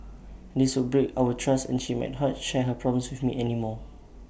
this would break our trust and she might not share her problems anymore